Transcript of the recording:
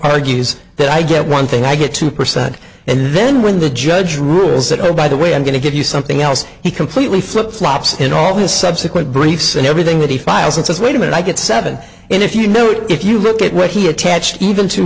argues that i get one thing i get two percent and then when the judge rules that a by the way i'm going to give you something else he completely flip flops and all his subsequent briefs and everything that he files and says wait a minute i get seven and if you know it if you look at what he attached even to